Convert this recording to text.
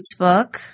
Facebook